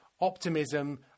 optimism